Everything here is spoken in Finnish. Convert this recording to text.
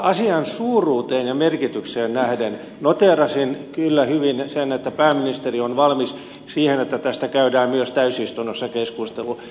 asian suuruuteen ja merkitykseen nähden noteerasin kyllä hyvin sen että pääministeri on valmis siihen että tästä käydään myös täysistunnossa keskustelu